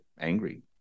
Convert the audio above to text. angry